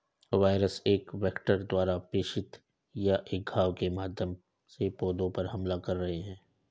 virus एक vector द्वारा प्रेषित या एक घाव के माध्यम से पौधे पर हमला कर रहे हैं